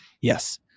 Yes